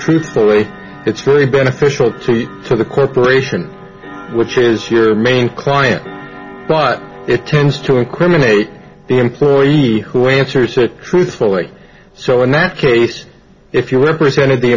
truthfully it's really beneficial to you to the corporation which is your main client but it tends to incriminate the employee who answers so truthfully so in that case if you represented the